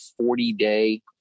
40-day